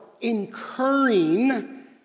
incurring